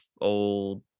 old